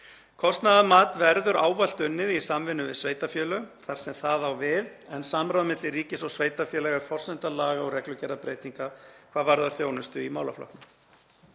Kostnaðarmat verður ávallt unnið í samvinnu við sveitarfélög þar sem það á við en samráð milli ríkis og sveitarfélaga er forsenda laga- og reglugerðarbreytinga hvað varðar þjónustu í málaflokknum.